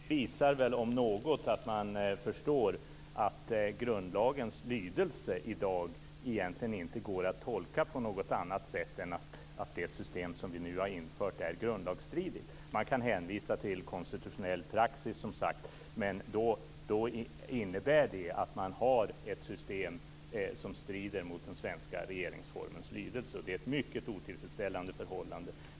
Fru talman! Det visar om något att man förstår att grundlagens lydelse i dag egentligen inte går att tolka på något annat sätt än att det system som vi nu har infört är grundlagsstridigt. Man kan som sagt hänvisa till konstitutionell praxis, men det innebär att man har ett system som strider mot den svenska regeringsformens lydelse, och det är ett mycket otillfredsställande förhållande.